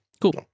Cool